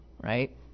right